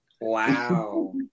Wow